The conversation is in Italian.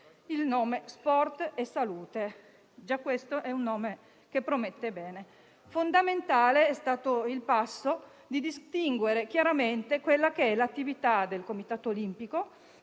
il nome Sport e Salute promette bene. Fondamentale è stato il passo di distinguere chiaramente quella che è l'attività del Comitato olimpico